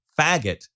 faggot